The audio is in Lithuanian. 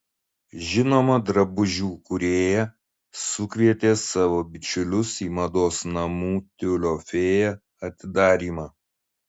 žinoma drabužių kūrėja sukvietė savo bičiulius į mados namų tiulio fėja atidarymą